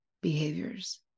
behaviors